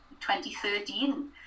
2013